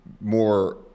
more